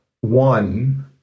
one